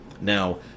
Now